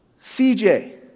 CJ